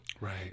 right